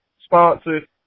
sponsors